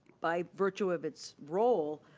by virtue of its role,